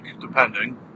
depending